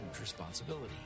responsibility